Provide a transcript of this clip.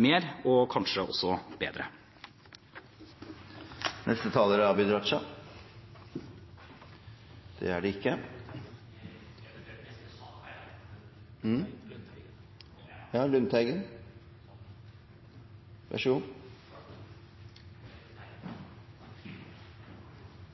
mer og kanskje også bedre. Jeg ba om ordet for at det ikke skal være noen uklarheter rundt det